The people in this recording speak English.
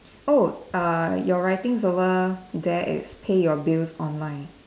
oh uh your writings over there is pay your bills online